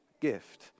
gift